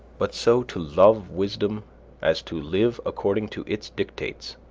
but so to love wisdom as to live according to its dictates,